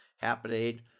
happening